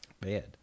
bad